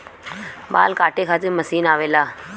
बाल काटे खातिर मशीन आवेला